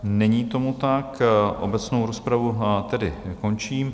Není tomu tak, obecnou rozpravu tedy končím.